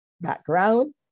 background